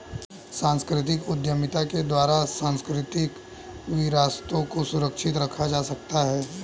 सांस्कृतिक उद्यमिता के द्वारा सांस्कृतिक विरासतों को सुरक्षित रखा जा सकता है